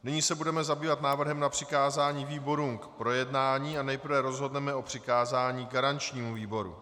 Nyní se budeme zabývat návrhem na přikázání výborům k projednání a nejprve rozhodneme o přikázání garančnímu výboru.